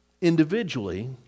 individually